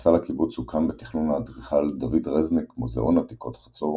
ובכניסה לקיבוץ הוקם בתכנון האדריכל דוד רזניק מוזיאון עתיקות חצור,